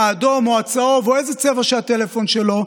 האדום או הצהוב או איזה צבע שהטלפון שלו,